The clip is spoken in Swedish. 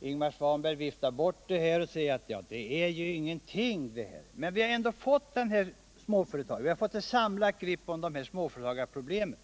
Ingvar Svanberg viftar bort detta och säger att det inte är någonting alls. Men vi har ändå fått fram den här småföretagarpropositionen och därmed ett samlat grepp om småföretagarproblemen.